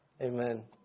Amen